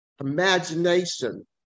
imagination